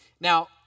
now